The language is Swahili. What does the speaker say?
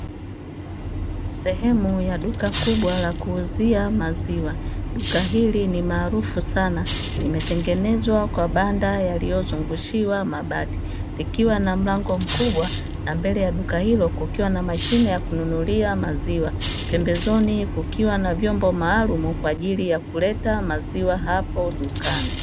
Sehemu ya duka kubwa la kuuzia maziwa, duka hili ni maarufu sana limetengenezwa ka banda yaliyozungushiwa mabati. Likiwa na mlango mkubwa na mbele ya duka hilo kukiwa na mashine ya kununuliza maziwa, pembezoni kukiwa na vyombo maalumu kwa ajili ya kuleta maziwa hapo dukani.